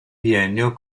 biennio